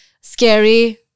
scary